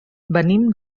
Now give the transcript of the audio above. venim